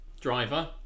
driver